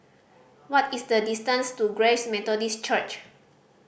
what is the distance to Grace Methodist Church